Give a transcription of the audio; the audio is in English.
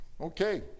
Okay